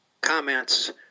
comments